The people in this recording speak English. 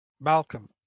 Malcolm